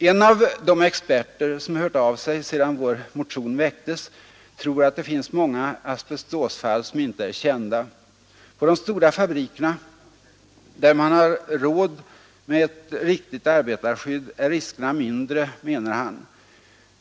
En av de experter som hört av sig sedan vår motion väcktes tror att det finns många asbestosfall som inte är kända. På de stora fabrikerna, där man har råd med ett riktigt arbetarskydd, är riskerna mindre, menar han.